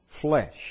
flesh